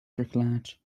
verklaard